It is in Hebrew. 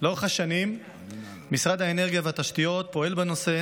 לאורך השנים משרד האנרגיה והתשתיות פועל בנושא